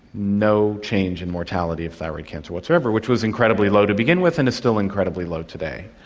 no change in mortality of thyroid cancer whatsoever, which was incredibly low to begin with and is still incredibly low today.